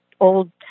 old